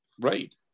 Right